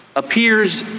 appears